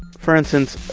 for instance,